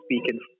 speaking